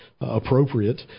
appropriate